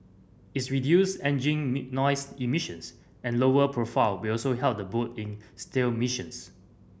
its reduced engine noise emissions and lowered profile will also help the boat in stealth missions